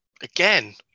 again